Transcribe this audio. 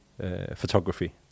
photography